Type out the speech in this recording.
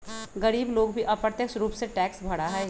गरीब लोग भी अप्रत्यक्ष रूप से टैक्स भरा हई